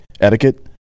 etiquette